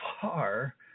far